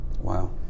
Wow